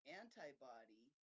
antibody